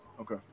okay